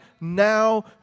now